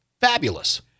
fabulous